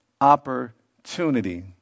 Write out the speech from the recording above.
opportunity